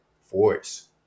force